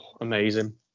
amazing